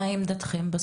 מה היא עמדתכם בסוגיה?